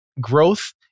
Growth